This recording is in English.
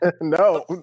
No